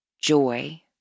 joy